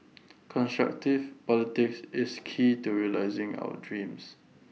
constructive politics is key to realising our dreams